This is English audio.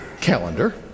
calendar